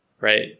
right